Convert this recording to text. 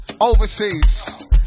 overseas